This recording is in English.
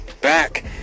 back